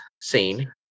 scene